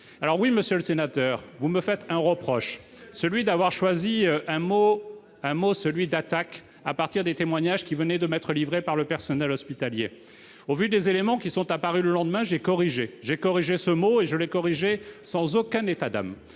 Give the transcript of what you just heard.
!» Monsieur le sénateur, vous me faites un reproche, celui d'avoir choisi un mot, « attaque », à partir des témoignages qui venaient de m'être livrés par le personnel hospitalier. Au vu des éléments apparus le lendemain, j'ai corrigé ce mot, et je l'ai fait sans aucun état d'âme,